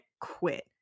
quit